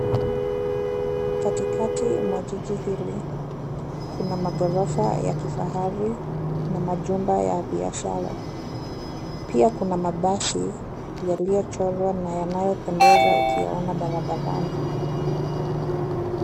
Katikati ya jiji hilu, kuna maghorofa ya kifahari na majumba ya biashara. Pia kuna mabasi yaliyochorwa na yanayopendeza ukiyaona barabarani.